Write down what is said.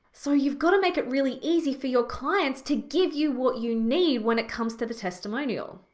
so you've gotta make it really easy for your clients to give you what you need when it comes to the testimonial.